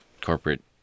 corporate